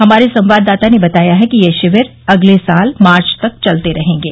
हमारे संवाददाता ने बताया है कि यह शिविर अगले साल मार्च तक चलते रहेंगे